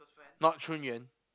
not Chun Yuan